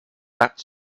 that